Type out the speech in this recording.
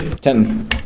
Ten